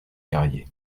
carrier